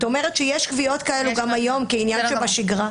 כלומר יש קביעות כאלה גם היום כעניין שבשגרה.